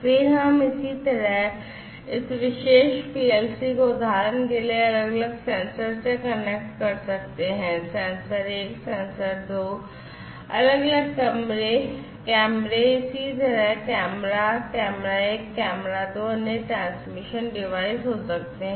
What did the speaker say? फिर हम इसी तरह इस विशेष पीएलसी को उदाहरण के लिए अलग अलग सेंसर से कनेक्ट कर सकते हैं सेंसर 1 सेंसर 2 अलग अलग कैमरे इसी तरह कैमरा कैमरा 1 कैमरा 2 अन्य ट्रांसमिशन डिवाइस हो सकते हैं